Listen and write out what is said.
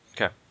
okay